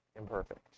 imperfect